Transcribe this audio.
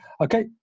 Okay